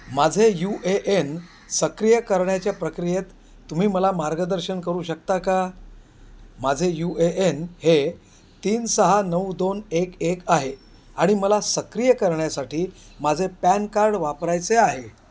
माझे U A N सक्रिय करण्याचे प्रक्रियेत तुम्ही मला मार्गदर्शन करू शकता का माझे यू ए एन हे तीन सहा नऊ दोन एक एक आहे आणि मला सक्रिय करण्यासाठी माझे पॅन कार्ड वापरायचे आहे